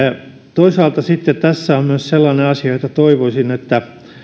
toisaalta sitten tässä on myös sellainen asia josta toivoisin että